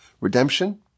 Redemption